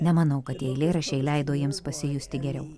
nemanau kad tie eilėraščiai leido jiems pasijusti geriau